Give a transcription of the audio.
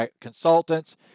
consultants